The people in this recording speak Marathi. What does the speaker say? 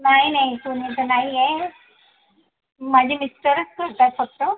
नाही नाही कोणी तर नाही आहे माझे मिस्टरच करतात फक्त